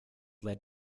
led